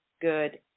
good